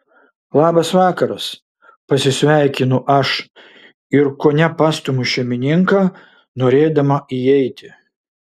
labas vakaras pasisveikinu aš ir kone pastumiu šeimininką norėdama įeiti